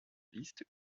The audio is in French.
liste